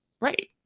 right